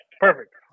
perfect